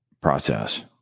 process